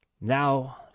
now